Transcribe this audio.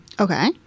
Okay